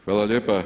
Hvala lijepa.